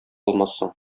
алмассың